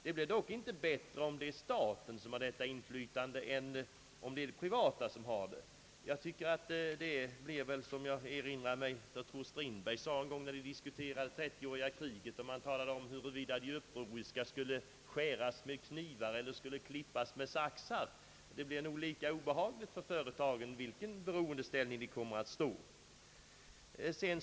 Det blir dock inte bättre om staten har detta inflytande än om privata har det. Det blir nog — såsom jag erinrar mig att Strindberg en gång när han skrev om 30-åriga kriget lät de agerande diskutera huruvida de upproriska skulle skäras med knivar eller klippas med saxar — lika obehagligt för företagen vilken beroendeställning de än kommer att stå i.